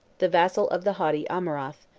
the vassal of the haughty amurath,